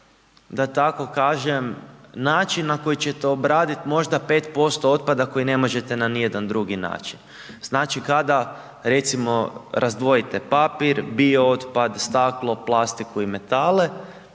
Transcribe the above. da tako kažem način na koji ćete obradit možda 5% otpada koji ne možete na ni jedan drugi način. Znači kada, recimo razdvojite papir, bio otpad, staklo, plastiku i metale,